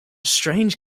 strange